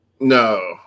No